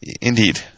Indeed